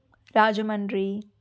Rajahmundry